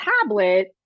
tablet